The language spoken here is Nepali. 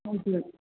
हजुर